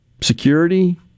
security